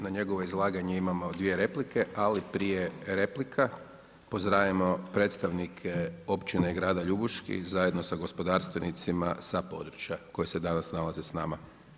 Na njegovo izlaganje imamo dvije replike, ali prije replika pozdravljamo predstavnike Općine grada LJubuški zajedno sa gospodarstvenicima sa područja koji se danas nalaze s nama.